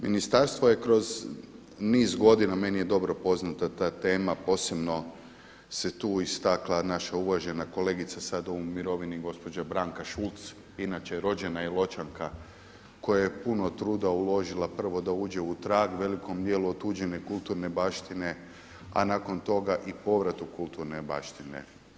Ministarstvo je kroz niz godina, meni je dobro poznata ta tema posebno se tu istakla naša uvažena kolegica sada u mirovini gospođa Branka Šulc inače rođena Iločanka koja je puno truda uložila prvo da uđe u trag velikom dijelu otuđene kulturne baštine, a nakon toga i povrat kulturne baštine.